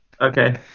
Okay